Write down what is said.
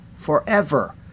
forever